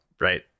right